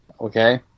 Okay